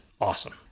awesome